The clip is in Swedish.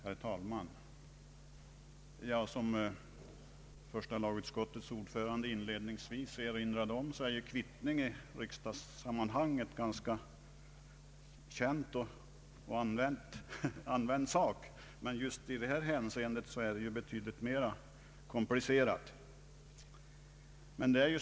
Herr talman! Som första lagutskottets ordförande inledningsvis erinrade om är kvittning i riksdagssammanhang en ganska känd och använd företeelse. Men i den betydelse som vi just nu diskuterar är kvittning en betydligt mer komplicerad sak.